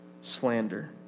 slander